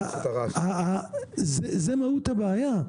זו מהות הבעיה.